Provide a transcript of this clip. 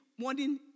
Morning